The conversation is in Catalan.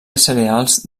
cereals